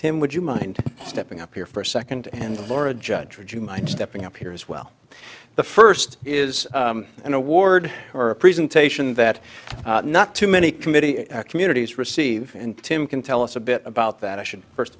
tim would you mind stepping up here for a second and or a judge would you mind stepping up here as well the first is an award or a presentation that not too many committee communities receive and tim can tell us a bit about that i should first